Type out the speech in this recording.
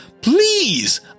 Please